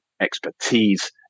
expertise